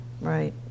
Right